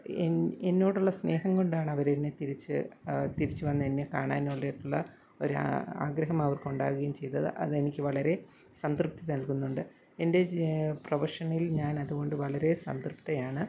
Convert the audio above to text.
N എന്നോടുള്ള സ്നേഹം കൊണ്ടാണ് തിരിച്ച് തിരിച്ചുവന്നെന്നെ കാണാൻ വേണ്ടിയുള്ള ഒരാഗ്രഹം അവർക്കുണ്ടാകുകയും ചെയ്തത് അതെനിക്ക് വളരെ സംതൃപ്തി നൽകുന്നുണ്ട് എൻ്റെ പ്രൊഫഷനിൽ ഞാനതുകൊണ്ട് വളരെ സംതൃപ്തയാണ്